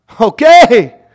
Okay